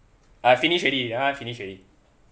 I finish already that one I finish already